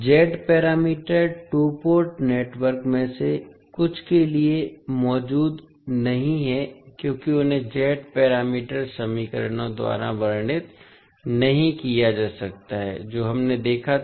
Z parameter two port network में से कुछ के लिए मौजूद नहीं है क्योंकि उन्हें Z पैरामीटर समीकरणों द्वारा वर्णित नहीं किया जा सकता है जो हमने देखा था